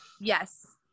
yes